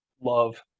Love